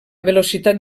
velocitat